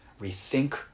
rethink